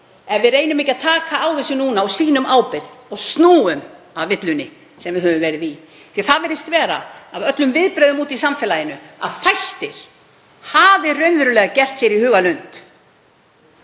ef við reynum ekki að taka á þessu núna og sýnum ábyrgð og snúum af villunni sem við höfum verið í. Það virðist vera af öllum viðbrögðum úti í samfélaginu að fæstir hafi raunverulega gert sér í hugarlund